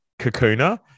Kakuna